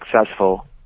successful